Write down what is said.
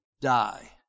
die